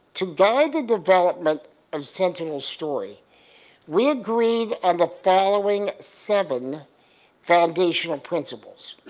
to guide the development of sentinel's story we agreed on the following seven foundational principles.